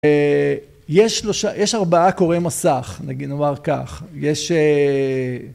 אה... יש שלושה, יש ארבעה קוראי מסך, נגיד נאמר כך, יש, אה...